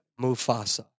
Mufasa